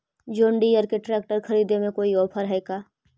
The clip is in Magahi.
जोन डियर के ट्रेकटर खरिदे में कोई औफर है का?